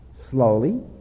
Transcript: Slowly